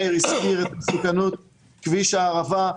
מאיר הזכיר את מסוכנות כביש הערבה,